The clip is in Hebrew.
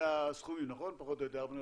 אלה הסכומים, פחות או יותר, נכון?